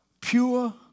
pure